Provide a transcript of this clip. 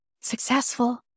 Successful